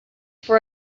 for